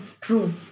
true